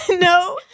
No